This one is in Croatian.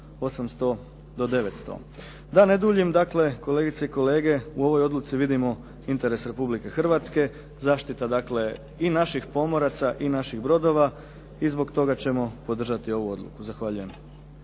Da ne duljim dakle, kolegice i kolege u ovoj odluci vidimo interes Republike Hrvatske, zaštita dakle i naših pomoraca i naših brodova i zbog toga ćemo podržati ovu odluku. Zahvaljujem.